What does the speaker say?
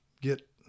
get